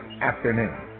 afternoon